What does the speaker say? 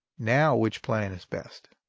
now which plan is best?